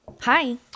hi